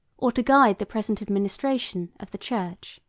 or to guide the present administration, of the church.